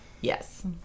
Yes